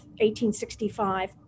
1865